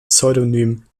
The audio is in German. pseudonym